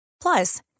Plus